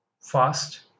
fast